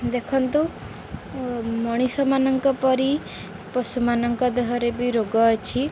ଦେଖନ୍ତୁ ମଣିଷମାନଙ୍କ ପରି ପଶୁମାନଙ୍କ ଦେହରେ ବି ରୋଗ ଅଛି